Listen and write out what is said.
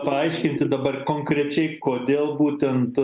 paaiškinti dabar konkrečiai kodėl būtent